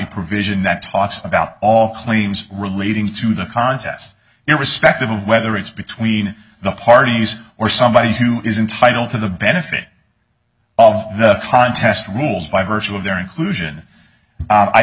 provision that talks about all claims relating to the contest irrespective of whether it's between the parties or somebody who is entitle to the benefit of the contest rules by virtue of their inclusion